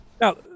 Now